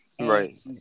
Right